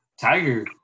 Tiger –